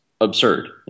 absurd